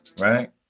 right